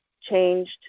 changed